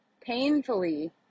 painfully